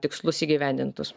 tikslus įgyvendintus